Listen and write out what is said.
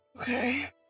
Okay